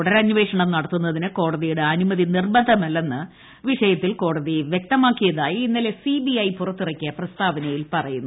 തുടരന്വേഷണം നടത്തുന്നതിന് കോടതിയുടെ അനുമതി നിർബന്ധമല്ലെന്ന് വിഷയത്തിൽ കോടതി വൃക്തമാക്കിയതായി ഇന്നലെ സി ബി ഐ പുറത്തിറക്കിയ പ്രസ്താവനയിൽ പറയുന്നു